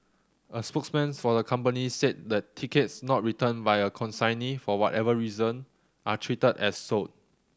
a spokesman for the company said that tickets not returned by a consignee for whatever reason are treated as sold